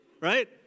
right